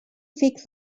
fix